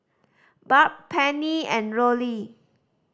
Barb Penny and Rollie